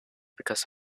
because